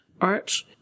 art